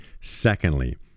Secondly